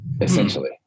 essentially